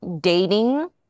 dating